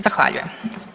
Zahvaljujem.